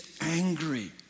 angry